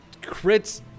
crits